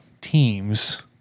teams